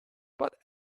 but